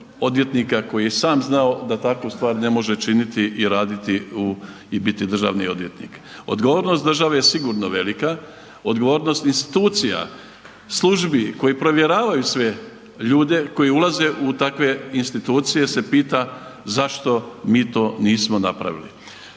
odvjetnika koji je sam znao da takvu stvar ne može činiti i raditi i biti državni odvjetnik. Odgovornost države je sigurno velika, odgovornost institucija, službi koji provjeravaju sve ljude koji ulaze u takve institucije se pita zašto mi to nismo napravili.